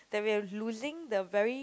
that we are losing the very